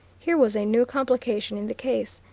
here was a new complication in the case.